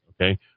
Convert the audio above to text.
okay